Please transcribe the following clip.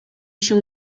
się